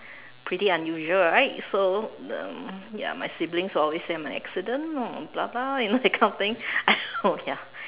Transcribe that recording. pretty unusual right so um ya my siblings always say I'm an accident or blah blah you know that kind of thing I don't know ya